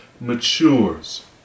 matures